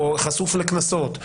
או חשוף לקנסות,